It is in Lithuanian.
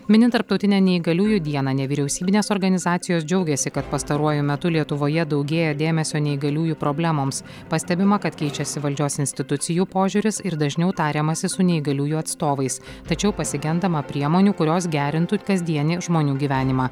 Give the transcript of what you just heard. minint tarptautinę neįgaliųjų dieną nevyriausybinės organizacijos džiaugėsi kad pastaruoju metu lietuvoje daugėja dėmesio neįgaliųjų problemoms pastebima kad keičiasi valdžios institucijų požiūris ir dažniau tariamasi su neįgaliųjų atstovais tačiau pasigendama priemonių kurios gerintų kasdienį žmonių gyvenimą